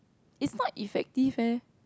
it's not effective eh